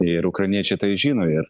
ir ukrainiečiai tai žino ir